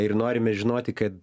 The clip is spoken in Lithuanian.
ir norime žinoti kad